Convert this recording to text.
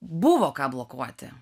buvo ką blokuoti